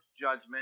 judgment